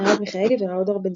מרב מיכאלי וראודור בנזימן.